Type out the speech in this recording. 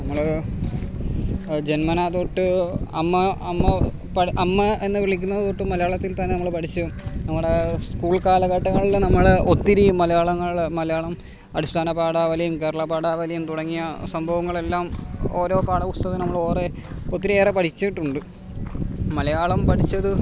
നമ്മള് ജന്മനാ തൊട്ട് അമ്മ അമ്മ പഴ അമ്മ എന്ന് വിളിക്കുന്നതുതൊട്ട് മലയാളത്തിൽത്തന്നെ നമ്മള് പഠിച്ച് നമ്മുടെ സ്കൂൾ കാലഘട്ടങ്ങളില് നമ്മള് ഒത്തിരി മലയാളങ്ങള് മലയാളം അടിസ്ഥാന പാഠാവലിയും കേരള പാഠാവലിയും തുടങ്ങിയ സംഭവങ്ങളെല്ലാം ഓരോ പാഠപുസ്തകങ്ങളില് നമ്മളേറെ ഒത്തിരിയേറെ പഠിച്ചിട്ടുണ്ട് മലയാളം പഠിച്ചത്